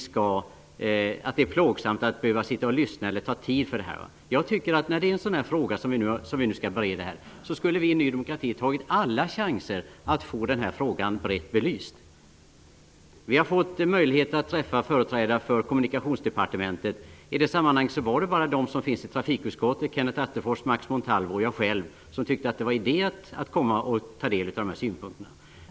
Jag tycker att Ny demokrati, när det var en sådan här fråga som skulle beredas, skulle ha tagit alla chanser att få den brett belyst. Vi har fått möjligheter att träffa företrädare för Kommunikationsdepartementet. I det sammanhanget var det bara de som har plats i trafikutskottet, Kenneth Attefors, Max Montalvo och jag själv, som tyckte att det var idé att komma och ta del av synpunkterna.